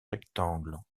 rectangle